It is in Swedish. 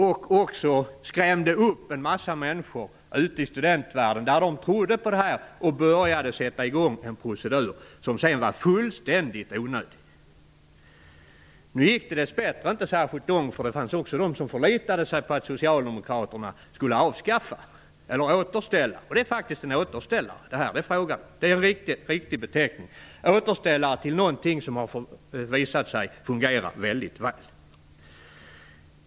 Man skrämde upp en massa människor ute i studentvärlden. De trodde på detta och satte i gång en procedur som sedan visade sig vara fullständigt onödig. Det gick dess bättre inte så långt. Det fanns nämligen också de som förlitade sig på att socialdemokraterna skulle återställa det här. Det är faktiskt fråga om en återställare; det är en riktig beteckning. Man går tillbaka till någonting som har visat sig fungera mycket väl.